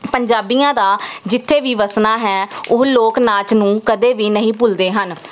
ਪੰਜਾਬੀਆਂ ਦਾ ਜਿੱਥੇ ਵੀ ਵੱਸਣਾ ਹੈ ਉਹ ਲੋਕ ਨਾਚ ਨੂੰ ਕਦੇ ਵੀ ਨਹੀਂ ਭੁੱਲਦੇ ਹਨ